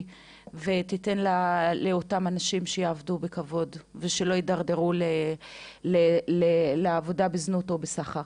ותיתן לאותם אנשים שיעבדו בכבוד ושלא יתדרדרו לעבודה בזנות או בסחר.